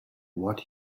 what